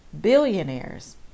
billionaires